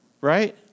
Right